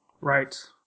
Right